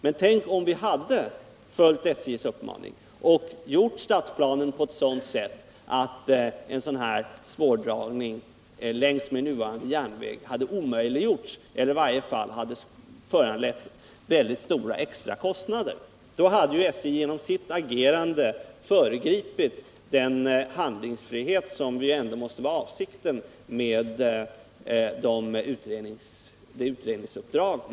Men tänk om man hade följt SJ:s uppmaning och gjort stadsplanen på sådant sätt att en spårdragning längs med nuvarande järnväg hade omöjliggjorts eller i varje fall hade föranlett mycket stora extrakostnader! Då hade SJ genom sitt agerande upphävt den handlingsfrihet som ändå måste vara avsikten med utredningsuppdraget.